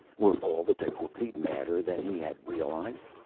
were all the tecuhltli madder than he had realized?